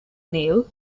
neill